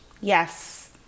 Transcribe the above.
Yes